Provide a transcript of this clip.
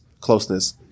closeness